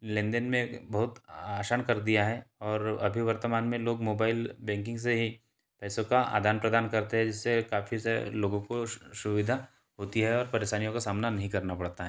लेन देन में बहुत आसान कर दिया है और अभी वर्तमान में लोग मोबाइल बैंकिंग से ही पैसों का आदान प्रदान करते हैं जिससे काफ़ी सारे लाेगों को सुविधा होती है और परेशानियों का सामना नहीं करना पड़ता है